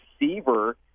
receiver